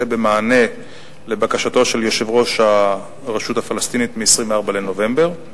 במענה על בקשתו של יושב-ראש הרשות הפלסטינית מ-24 בנובמבר.